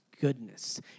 goodness